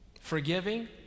forgiving